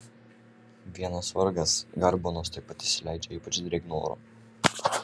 vienas vargas garbanos tuoj pat išsileidžia ypač drėgnu oru